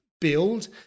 build